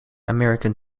american